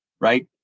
right